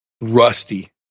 rusty